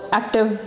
active